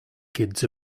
kids